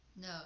No